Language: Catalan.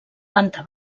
planta